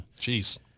Jeez